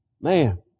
Man